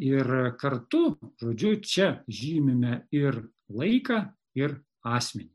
ir kartu žodžiu čia žymime ir laiką ir asmenį